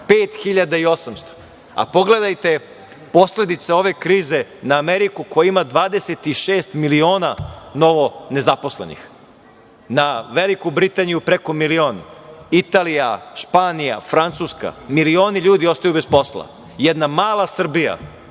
varam. A pogledajte posledice ove krize na Ameriku, koja ima 26 miliona novonezaposlenih, na Veliku Britaniju preko milion, Italija, Španija, Francuska. Milioni ljudi ostaju bez posla. Jedna mala Srbija